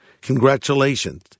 congratulations